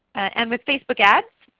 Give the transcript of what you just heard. and with facebook ads,